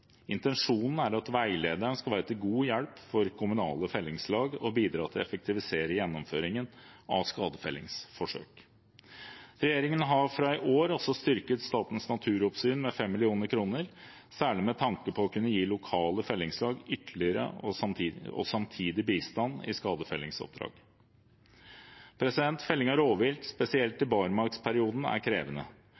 Intensjonen er at veilederen skal være til god hjelp for kommunale fellingslag og bidra til å effektivisere gjennomføringen av skadefellingsforsøk. Regjeringen har fra i år også styrket Statens naturoppsyn med 5 mill. kr, særlig med tanke på å kunne gi lokale fellingslag ytterligere og samtidig bistand i skadefellingsoppdrag. Felling av rovvilt, spesielt i